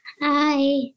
Hi